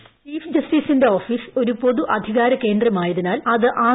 voice chief ജസ്റ്റിസിന്റെ office ഒരു പൊതു അധികാര കേന്ദ്രമായതിനാൽ അത് ആർ